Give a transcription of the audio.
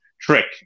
trick